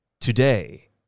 Today